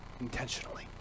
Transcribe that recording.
intentionally